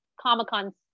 comic-con